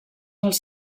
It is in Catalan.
els